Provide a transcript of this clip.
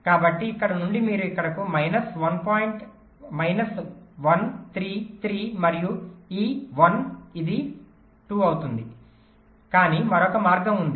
కాబట్టి ఇక్కడ నుండి మీరు ఇక్కడకు మైనస్ 1 3 3 మరియు ఈ 1 ఇది 2 అవుతుంది కానీ మరొక మార్గం ఉంది